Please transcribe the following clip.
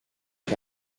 est